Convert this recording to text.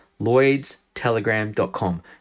Lloydstelegram.com